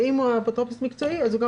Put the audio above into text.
ואם הוא אפוטרופוס מקצועי אז הוא גם